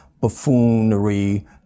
buffoonery